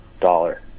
dollar